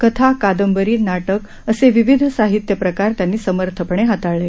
कथा कादंबरी नाटक असे विविध साहित्यप्रकार त्यांनी समर्थपणे हाताळले